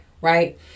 Right